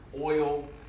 oil